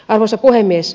arvoisa puhemies